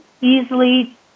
easily